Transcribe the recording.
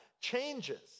changes